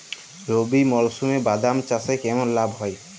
রবি মরশুমে বাদাম চাষে কেমন লাভ হয়?